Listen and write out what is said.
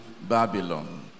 Babylon